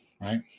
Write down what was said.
right